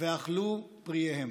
ואכלו פריהם".